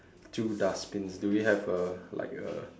two dustbins do we have a like a